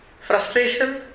frustration